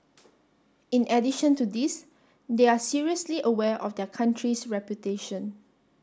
in addition to this they are seriously aware of their country's reputation